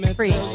Free